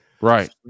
Right